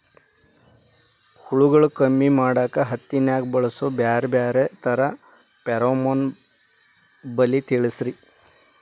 ಹುಳುಗಳು ಕಮ್ಮಿ ಮಾಡಾಕ ಹತ್ತಿನ್ಯಾಗ ಬಳಸು ಬ್ಯಾರೆ ಬ್ಯಾರೆ ತರಾ ಫೆರೋಮೋನ್ ಬಲಿ ತಿಳಸ್ರಿ